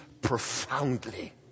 profoundly